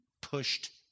pushed